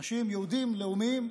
אנשים יהודים לאומיים,